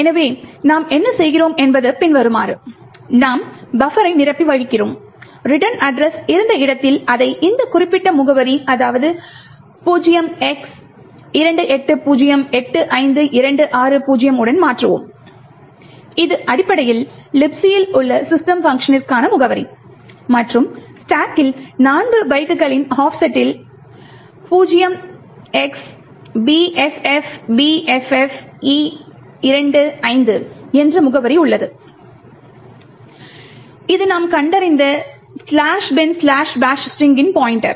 எனவே நாம் என்ன செய்கிறோம் என்பது பின்வருமாறு நாம் பஃபரை நிரப்பி வழிகிறோம் ரிட்டர்ன் அட்ரஸ் இருந்த இடத்தில் அதை இந்த குறிப்பிட்ட முகவரி 0x28085260 உடன் மாற்றுவோம் இது அடிப்படையில் Libc யில் உள்ள system பங்க்ஷனிற்கான முகவரி மற்றும் ஸ்டாக்கில் 4 பைட்டுகளின் ஆஃப்செட்டில் 0xbffbffe25 என்ற முகவரி உள்ளது இது நாம் கண்டறிந்த "binbash" ஸ்ட்ரிங்கின் பாய்ண்ட்டர்